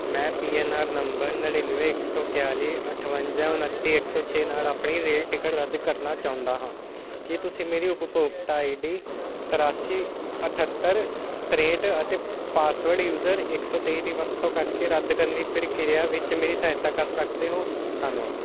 ਮੈਂ P N R number ਨੜਿਨਵੇਂ ਇੱਕ ਸੌ ਇਕਤਾਲੀ ਅਠਵੰਜਾ ਉਣੱਤੀ ਇੱਕ ਸੌ ਛੇ ਨਾਲ ਆਪਣੀ ਰੇਲ ਟਿਕਟ ਰੱਦ ਕਰਨਾ ਚਾਹੁੰਦਾ ਹਾਂ ਕੀ ਤੁਸੀਂ ਮੇਰੀ ਉਪਭੋਗਤਾ ਆਈ ਡੀ ਤਰਾਸੀ ਅਠੱਤਰ ਤਰੇਹਟ ਅਤੇ ਪਾਸਵਰਡ ਯੂਜ਼ਰ ਇੱਕ ਸੌ ਤੇਈ ਦੀ ਵਰਤੋਂ ਕਰਕੇ ਰੱਦ ਕਰਨ ਦੀ ਪ੍ਰਕਿਰਿਆ ਵਿੱਚ ਮੇਰੀ ਸਹਾਇਤਾ ਕਰ ਸਕਦੇ ਹੋ ਧੰਨਵਾਦ